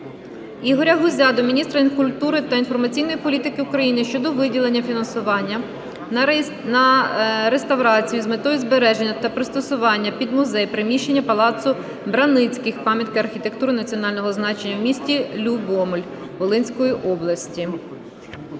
Ігоря Гузя до міністра культури та інформаційної політики України щодо виділення фінансування на реставрацію, з метою збереження та пристосування під музей, приміщення палацу Браницьких (пам'ятка архітектури національного значення) у місті Любомль Волинської області.